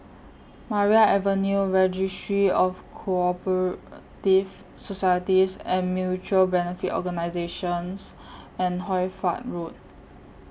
Maria Avenue Registry of Co Operative Societies and Mutual Benefit Organisations and Hoy Fatt Road